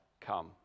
come